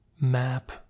map